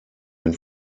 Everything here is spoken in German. den